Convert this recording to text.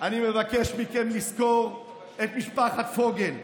אני מבקש מכם לזכור את משפחת פוגל.